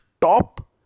top